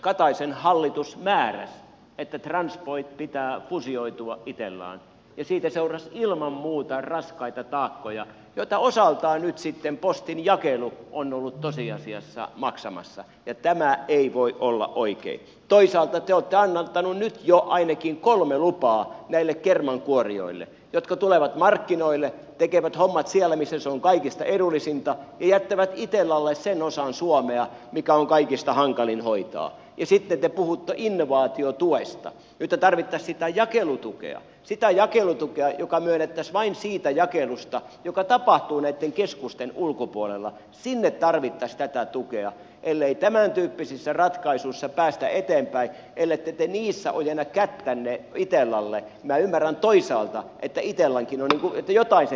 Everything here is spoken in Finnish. kataisen hallitus määräsi että transpoint pitää fuusioitua itellaan ja siitä seurasi ilman muuta raskaita taakkoja joita osaltaan nyt sitten postin jakelu on ollut tosiasiassa maksamassa ja tämä ei voi olla oikein toisaalta kieltään ottelun jo ainakin kolme lupaa näille kermankuorijoille jotka tulevat markkinoille tekevät hommat siellä missä se on kaikista edullisinta jättävät pellolle sen osan suomea mikä on kaikista hankalin hoitaa esitetä uutta innovaatiotuesta miten tarvita sitä jakelutukea sitä jakelutukea joka on löydetty vain siitä jakelusta joka tapahtuu näitten keskusten ulkopuolella sinne tarvittaisi tätä tukea ellei tämän tyyppisissä ratkaisuissa päästä eteenpäin ellette te niissä ojenna kättänne itellalle kaymer on toisaalta ettei kela hoiti ottaisi